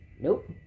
Nope